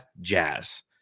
Jazz